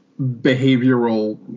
behavioral